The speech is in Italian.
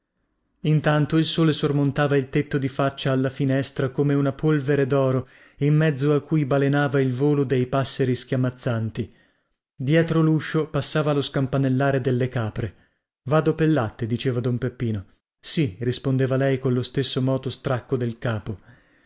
intanto il sole sormontava il tetto di faccia alla finestra come una polvere doro in mezzo a cui balenava il volo dei passeri schiamazzanti dietro luscio passava lo scampanellare delle capre vado pel latte diceva don peppino sì rispondeva lei collo stesso moto stracco del capo